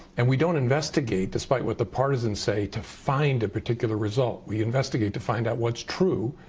and we don't investigate, despite what the partisans say, to find a particular result. we investigate to find out what's true,